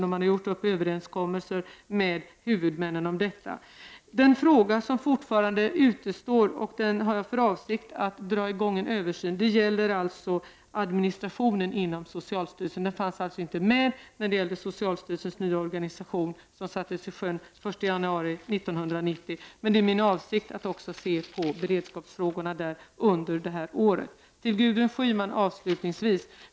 Dessutom har man träffat överenskommelser med huvudmännen. Det finns en fråga som fortfarande kvarstår, och där har jag för avsikt att få i gång ett översynsarbete. Det gäller alltså administrationen inom socialstyrelsen, och den frågan fanns inte med när det gällde socialstyrelsens nya organisation som sattes i sjön den 1 januari 1990. Det är min avsikt att i år se över beredskapsfrågorna. Avslutningsvis några ord till Gudrun Schyman.